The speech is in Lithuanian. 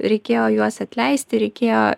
reikėjo juos atleisti reikėjo